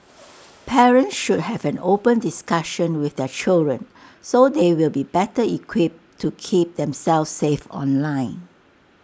parents should have an open discussion with their children so they will be better equipped to keep themselves safe online